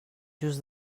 just